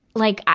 like,